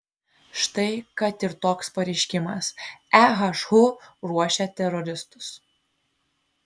štai kad ir toks pareiškimas ehu ruošia teroristus